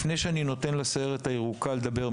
לפני שאני נותן ל- ׳סיירת הירוקה׳ לדבר,